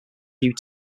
hugh